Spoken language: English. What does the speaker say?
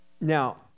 Now